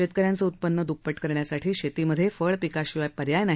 शेतकऱ्यांचे उत्पन्न द्रप्पट करण्यासाठी शेतीमध्ये फळ पिकांशिवाय पर्याय नाही